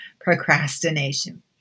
Procrastination